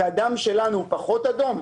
שהדם שלנו פחות אדום?